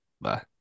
Bye